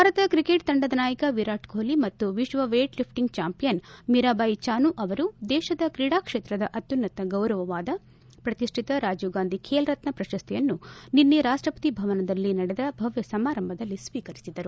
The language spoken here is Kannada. ಭಾರತ ತ್ರಿಕೆಟ್ ತಂಡದ ನಾಯಕ ವಿರಾಟ್ಕೊಹ್ಲಿ ಮತ್ತು ವಿಶ್ವ weight lifting champion Mirabai Chanu ಅವರು ದೇಶದ ್ರೀಡಾ ಕ್ಷೇತ್ರದ ಅತ್ಯುನ್ನತ ಗೌರವವಾದ ಪ್ರತಿಷ್ಠಿತ ರಾಜೀವ್ಗಾಂಧಿ ಬೇಲ್ರತ್ನ ಪ್ರಶಸ್ತಿಯನ್ನು ನಿನ್ನೆ ರಾಷ್ಟಪತಿ ಭವನದಲ್ಲಿ ನಡೆದ ಭವ್ದ ಸಮಾರಂಭದಲ್ಲಿ ಸ್ವೀಕರಿಸಿದರು